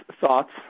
thoughts